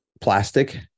plastic